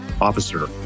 Officer